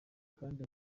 kandi